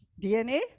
DNA